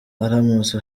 aramutse